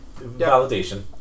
Validation